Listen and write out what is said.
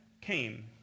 came